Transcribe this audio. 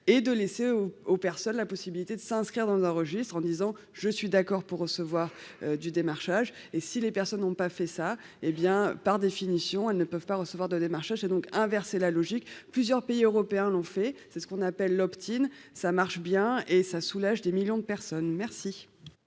et de laisser aux aux personnes la possibilité de s'inscrire dans un registre en disant je suis d'accord pour recevoir du démarchage et si les personnes n'ont pas fait ça, hé bien par définition, elles ne peuvent pas recevoir de démarchage et donc inverser la logique, plusieurs pays européens l'ont fait, c'est ce qu'on appelle l'opting ça marche bien et ça soulage des millions de personnes. Merci.--